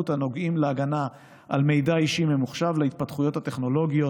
הנוגעים להגנה על מידע אישי ממוחשב להתפתחויות הטכנולוגיות,